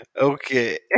okay